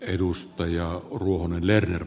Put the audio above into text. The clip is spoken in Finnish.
arvoisa puhemies